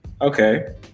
Okay